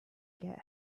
get